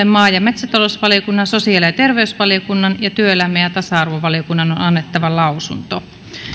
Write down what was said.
maa ja metsätalousvaliokunnan sosiaali ja ja terveysvaliokunnan ja työelämä ja tasa arvovaliokunnan on annettava lausunto